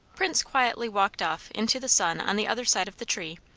prince quietly walked off into the sun on the other side of the tree,